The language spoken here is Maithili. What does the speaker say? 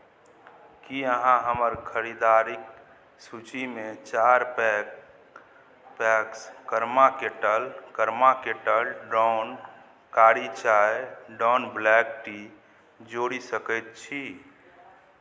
की अहाँ हमर खरीदारिक सूचीमे चारि pack packs Karma Kettle Karma Kettle Don kari चाय डॉन ब्लैक टी जोड़ि सकैत छी